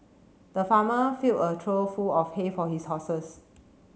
the farmer filled a trough full of hay for his horses